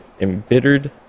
embittered